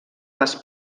les